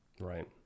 Right